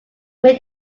made